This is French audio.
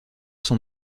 son